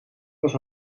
was